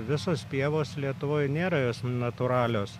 visos pievos lietuvoj nėra jos natūralios